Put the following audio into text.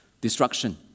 destruction